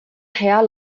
hea